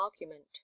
argument